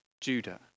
Judah